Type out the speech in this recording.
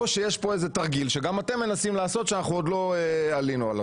או שיש פה איזה תרגיל שגם אתם מנסים לעשות שאנחנו עוד לא עלינו עליו.